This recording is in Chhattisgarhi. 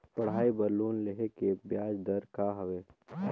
पढ़ाई बर लोन लेहे के ब्याज दर का हवे?